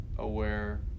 aware